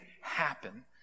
happen